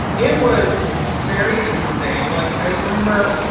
it was very interesting. like i remember